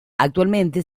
actualmente